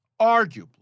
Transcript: arguably